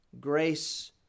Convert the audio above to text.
grace